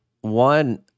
One